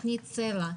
תוכנית סל"ע,